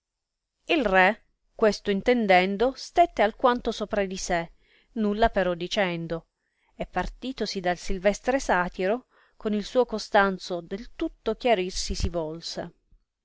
il re questo intendendo stette alquanto sopra di sé nulla però dicendo e partitosi dal silvestre satiro con il suo costanzo del tutto chiarirsi si volse